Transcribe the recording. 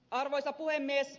arvoisa puhemies